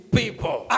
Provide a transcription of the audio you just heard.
people